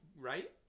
Right